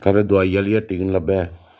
खबरै दुआई आह्ली हट्टी गै नी लब्भै